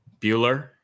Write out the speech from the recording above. Bueller